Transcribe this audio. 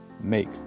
make